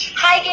hi!